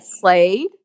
played